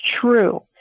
true